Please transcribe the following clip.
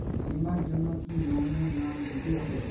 বীমার জন্য কি নমিনীর নাম দিতেই হবে?